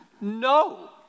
No